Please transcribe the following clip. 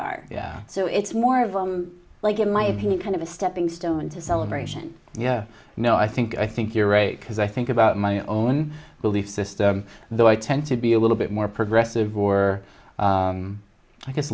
are so it's more of a like in my opinion kind of a stepping stone to celebration you know i think i think you're right because i think about my own belief system though i tend to be a little bit more progressive or i guess